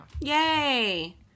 Yay